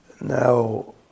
Now